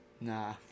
Nah